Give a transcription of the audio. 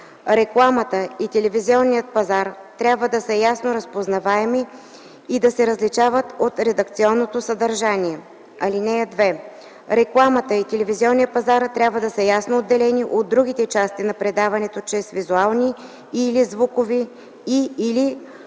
Рекламата и телевизионният пазар трябва да са ясно разпознаваеми и да се различават от редакционното съдържание. (2) Рекламата и телевизионният пазар трябва да са ясно отделени от другите части на предаването чрез визуални и/или звукови, и/или